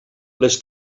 les